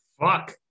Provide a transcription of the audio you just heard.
Fuck